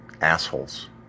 assholes